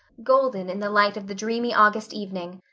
golden in the light of the dreamy august evening.